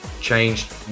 changed